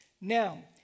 Now